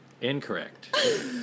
Incorrect